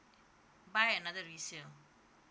buy another resale